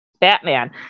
Batman